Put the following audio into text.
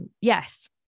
yes